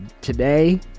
today